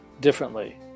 Differently